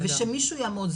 ושמישהו יעמוד,